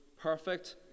perfect